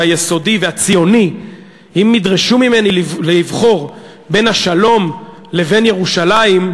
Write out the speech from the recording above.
היסודי והציוני: אם ידרשו ממני לבחור בין השלום לבין ירושלים,